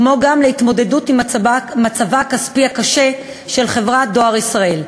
כמו גם להתמודדות עם מצבה הכספי הקשה של חברת "דואר ישראל".